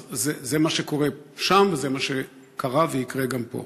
אז זה מה שקורה שם וזה מה שקרה ויקרה גם פה.